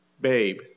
babe